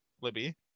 Libby